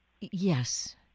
Yes